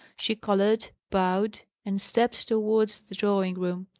she coloured, bowed, and stepped towards the drawing-room.